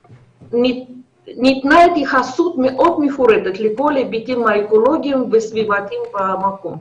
וניתנה התייחסות מאוד מפורטת לכל ההיבטים האקולוגיים והסביבתיים במקום.